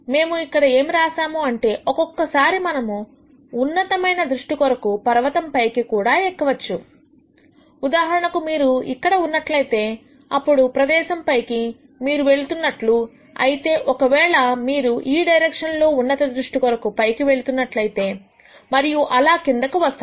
మేము ఇక్కడ ఏమి రాశాము అంటే ఒక్కొక్కసారి మనము ఉన్నతమైన దృష్టి కొరకు పర్వతం పైకి కూడా ఎక్కి వచ్చు ఉదాహరణకు మీరు ఇక్కడ ఉన్నట్లయితే అప్పుడు ప్రదేశం పైకి మీరు వెళ్తున్నట్లు అయితే ఒకవేళ మీరు ఈ డైరెక్షన్ లో ఉన్నత దృష్టి కొరకు పైకి వెళ్తున్నట్లు అయితే మరియు ఇలా కిందకు వస్తారు